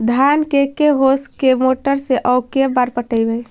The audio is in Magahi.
धान के के होंस के मोटर से औ के बार पटइबै?